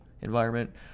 environment